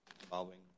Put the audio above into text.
involving